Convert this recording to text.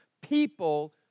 people